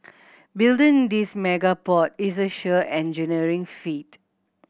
building this mega port is a sheer engineering feat